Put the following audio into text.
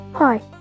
Hi